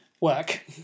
Work